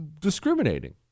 discriminating